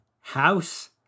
house